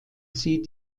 sie